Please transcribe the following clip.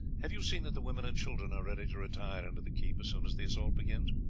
have you seen that the women and children are ready to retire into the keep as soon as the assault begins?